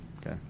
Okay